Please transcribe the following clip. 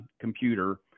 computer